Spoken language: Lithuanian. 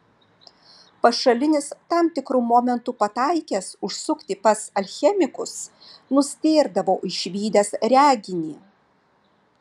pašalinis tam tikru momentu pataikęs užsukti pas alchemikus nustėrdavo išvydęs reginį